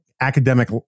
academic